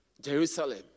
Jerusalem